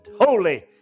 holy